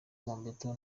mobetto